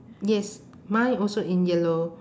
yes mine also in yellow